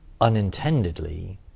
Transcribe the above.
unintendedly